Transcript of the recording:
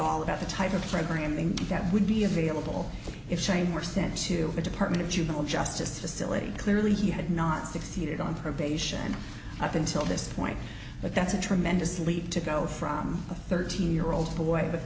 all about the type of programming that would be available if shame were sent to the department of juvenile justice facility clearly he had not succeeded on probation up until this point but that's a tremendous leap to go from a thirteen year old boy with